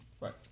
Right